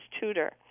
tutor